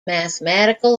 mathematical